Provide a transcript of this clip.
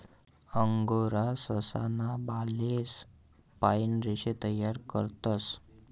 angora ससा ना बालेस पाइन रेशे तयार करतस